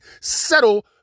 settle